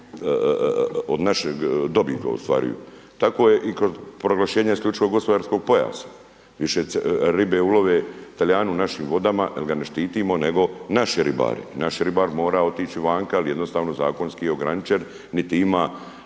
od našeg dobit ostvaruju. Tako je i kod proglašenja isključivo gospodarskog pojasa, više ribe ulove talijani u našim vodama jel ga ne štitimo, nego naši ribari. Naši ribar mora otići vanka jel je jednostavno zakonski ograničen, niti ima